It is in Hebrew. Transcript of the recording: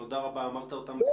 אני